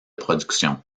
production